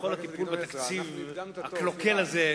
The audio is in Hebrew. וכל הטיפול בתקציב הקלוקל הזה,